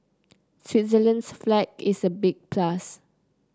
Switzerland's flag is a big plus